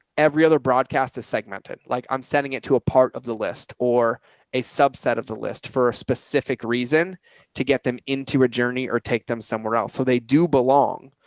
every other broadcast is segmented. like i'm sending it to a part of the list or a subset of the list for a specific reason to get them into a journey or take them somewhere else. so they do belong,